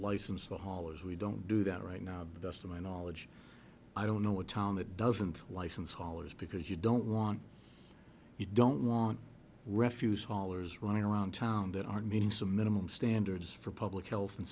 license the haulers we don't do that right now the best of my knowledge i don't know what town that doesn't license haulers because you don't want you don't want refuse haulers running around town that aren't meeting some minimum standards for public health and